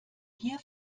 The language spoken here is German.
hier